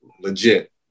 legit